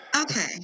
Okay